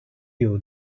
you